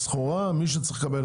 מישהו צריך לקלוט